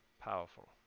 powerful